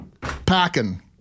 packing